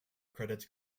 credits